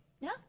No